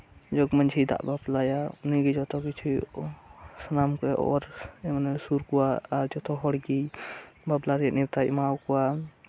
ᱡᱚᱜᱢᱟᱺᱡᱷᱤᱭ ᱫᱟᱜ ᱵᱟᱯᱞᱟᱭᱟ ᱩᱱᱤᱜᱮ ᱡᱚᱛᱚ ᱠᱤᱪᱷᱩ ᱥᱟᱱᱟᱢ ᱠᱚᱭ ᱚᱨ ᱥᱩᱨᱠᱚᱣᱟ ᱟᱨ ᱡᱚᱛᱚ ᱦᱚᱲᱜᱮ ᱵᱟᱯᱞᱟᱨᱮ ᱱᱮᱣᱛᱟᱭ ᱮᱢᱟᱠᱚᱣᱟ